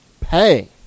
pay